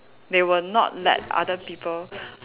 they will not let other people